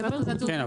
נכון.